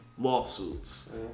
lawsuits